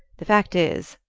the fact is,